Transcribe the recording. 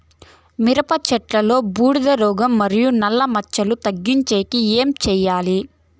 మిరప చెట్టులో బూడిద రోగం మరియు నల్ల మచ్చలు తగ్గించేకి ఏమి చేయాలి?